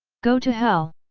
go to hell!